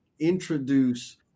Introduce